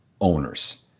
owners